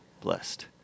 Blessed